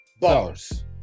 Bars